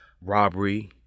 robbery